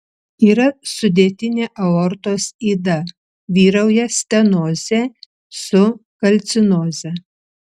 yra sudėtinė aortos yda vyrauja stenozė su kalcinoze